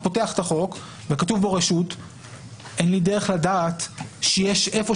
פותח את החוק וכתוב בו רשות אין לי דרך לדעת שיש איפה